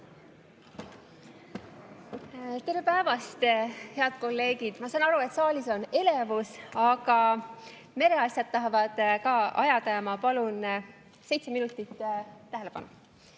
Tere päevast, head kolleegid! Ma saan aru, et saalis on elevus, aga mereasjad tahavad ka ajada ja ma palun seitse minutit tähelepanu.